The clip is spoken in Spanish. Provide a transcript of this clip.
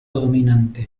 dominante